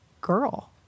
Girl